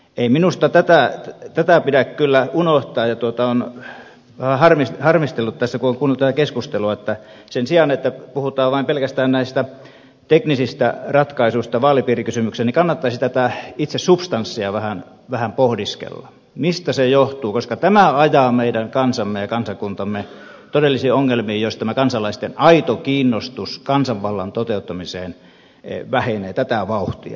ei minusta tätä pidä kyllä unohtaa ja olen vähän harmistellut tässä kun olen kuunnellut tätä keskustelua että sen sijaan että puhutaan vain pelkästään näistä teknisistä ratkaisuista vaalipiirikysymykseen kannattaisi tätä itse substanssia vähän pohdiskella mistä se johtuu koska tämä ajaa meidän kansamme ja kansakuntamme todellisiin ongelmiin jos tämä kansalaisten aito kiinnostus kansanvallan toteuttamiseen vähenee tätä vauhtia